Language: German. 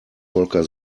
volker